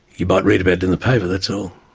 you might read about it in the paper, that's all.